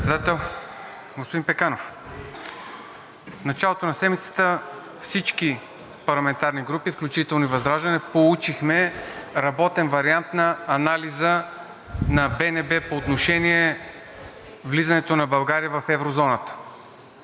Председател, господин Пеканов! В началото на седмицата всички парламентарни групи, включително и ВЪЗРАЖДАНЕ, получихме работен вариант на анализа на БНБ по отношение влизането на България в еврозоната.